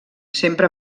sempre